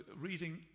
reading